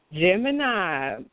Gemini